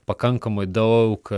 pakankamai daug